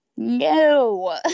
No